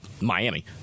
Miami